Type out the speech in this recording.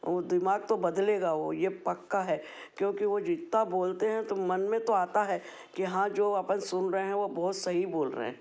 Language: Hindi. वो दिमाग तो बदलेगा वो ये पक्का है क्योंकि वो जितना बोलते हैं तो मन में तो आता है कि हाँ जो अपन सुन रहे हैं वो बहुत सही बोल रहे हैं